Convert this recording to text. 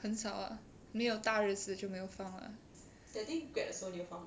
很少 lah 没有大日子就没有放 lah